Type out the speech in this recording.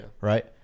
right